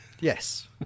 Yes